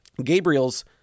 Gabriels